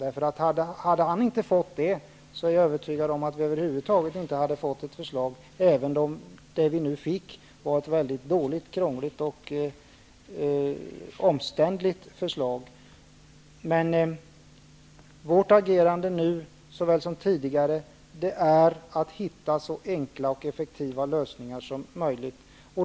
Om inte han hade fått uppdraget, är jag övertygad om att vi över huvud taget inte hade fått något förslag -- även om det vi fick var ett dåligt, krångligt och omständligt förslag. Vårt agerande nu, såväl som tidigare, är att hitta så enkla och effektiva lösningar som möjligt.